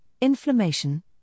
inflammation